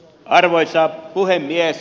arvoisa puhemies